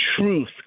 truth